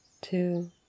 two